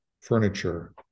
furniture